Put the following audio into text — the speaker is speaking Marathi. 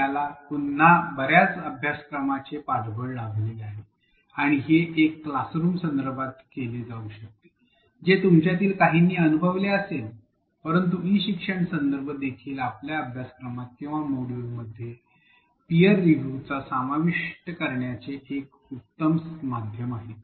याला पुन्हा बर्याच अभ्यासाचे पाठबळ लाभले आहे आणि हे एका क्लासरूम संदर्भात केले जाऊ शकते जे तुमच्यातील काहींनी अनुभवले असेल परंतु ई शिक्षण संदर्भ देखील आपल्या अभ्यासक्रमात किंवा मॉड्यूलमध्ये पीयर रिव्ह्यू समाविष्ट करण्यासाठी एक उत्तम माध्यम आहे